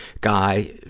guy